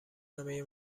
همه